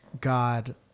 God